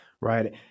Right